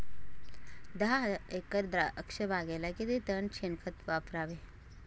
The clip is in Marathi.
दहा एकर द्राक्षबागेला किती टन शेणखत वापरावे?